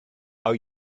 are